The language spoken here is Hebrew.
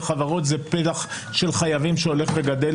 וחברות זה פלח של חייבים שהולך וגדל